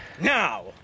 Now